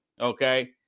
okay